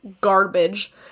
garbage